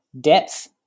depth